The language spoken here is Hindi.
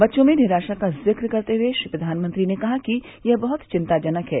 बच्चों में निराशा का जिक्र करते हुए प्रधानमंत्री ने कहा कि यह बहुत चिंताजनक है